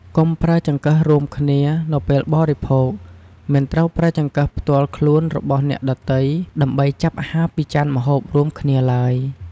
កុំប្រើចង្កឹះរួមគ្នានៅពេលបរិភោគ មិនត្រូវប្រើចង្កឹះផ្ទាល់ខ្លួនរបស់អ្នកដទៃ ដើម្បីចាប់អាហារពីចានម្ហូបរួមគ្នាឡើយ។